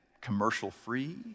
commercial-free